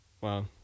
Wow